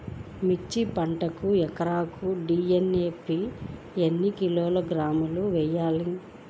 మిర్చి పంటకు ఎకరాకు డీ.ఏ.పీ ఎన్ని కిలోగ్రాములు వేయాలి?